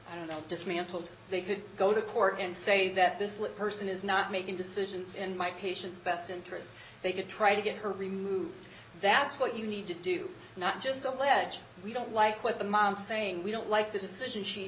out dismantled they could go to court and say that this that person is not making decisions in my patient's best interest they could try to get her removed that's what you need to do not just allege we don't like what the mom saying we don't like the decision she